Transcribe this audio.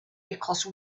because